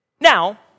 Now